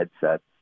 headsets